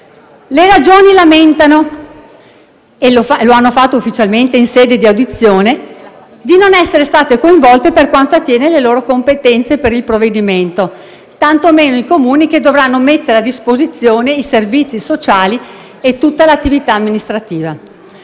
Le Regioni lamentano - e lo hanno fatto ufficialmente in sede di audizione - di non essere state coinvolte per quanto attiene alle loro competenze per il provvedimento, tantomeno i Comuni, che dovranno mettere a disposizione i servizi sociali e tutta l'attività amministrativa.